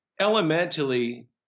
elementally